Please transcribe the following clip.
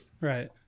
right